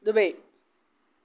Dubai